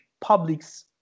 public's